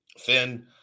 Finn